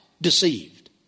deceived